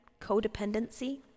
codependency